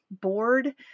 board